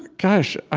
gosh,